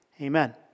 Amen